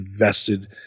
invested